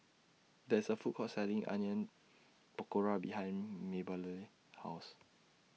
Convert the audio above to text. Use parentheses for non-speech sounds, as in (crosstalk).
(noise) There IS A Food Court Selling Onion Pakora behind Mabelle's House